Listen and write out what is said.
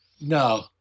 No